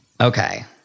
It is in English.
okay